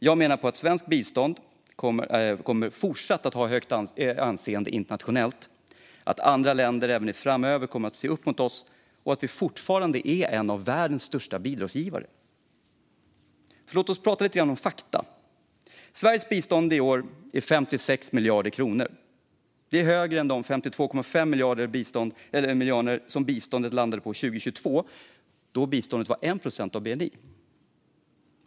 Jag menar att svenskt bistånd fortfarande kommer att ha högt anseende internationellt, att andra länder även framöver kommer att se upp till oss och att vi fortfarande är en av världens största bidragsgivare. Låt oss prata lite grann om fakta. Sveriges bistånd i år är 56 miljarder kronor. Det är högre än de 52,5 miljarder som biståndet landade på 2022, då biståndet var 1 procent av bni.